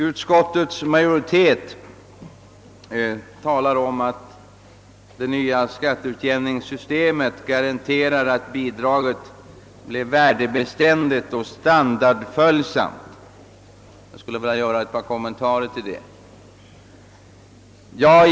Utskottets majoritet uttalar att det nya skatteutjämningssystemet garanterar att bidraget blir värdebeständigt och standardföljsamt. Jag skulle vilja göra ett par kommentarer till detta påstående.